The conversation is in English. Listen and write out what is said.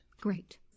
Great